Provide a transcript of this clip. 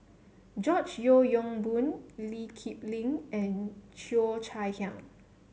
George Yeo Yong Boon Lee Kip Lin and Cheo Chai Hiang